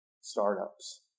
startups